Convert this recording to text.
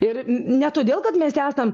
ir ne todėl kad mes esam